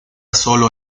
sólo